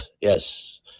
Yes